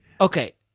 okay